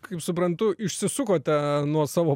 kaip suprantu išsisukote nuo savo